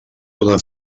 poden